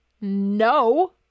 no